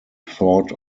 thought